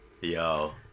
Yo